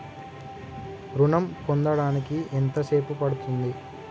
ఋణం పొందడానికి ఎంత సేపు పడ్తుంది?